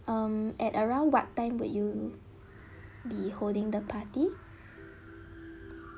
um at around what time would you be holding the party